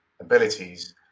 abilities